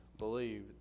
believe